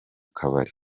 kabari